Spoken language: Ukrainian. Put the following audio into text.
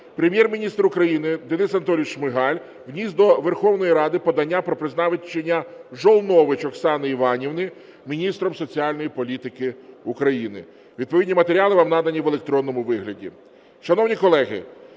Прем'єр-міністр України Денис Анатолійович Шмигаль вніс до Верховної Ради подання про призначення Жолнович Оксани Іванівни міністром соціальної політики України. Відповідні матеріали вам надані в електронному вигляді. Шановні колеги,